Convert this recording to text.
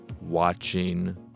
watching